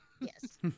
Yes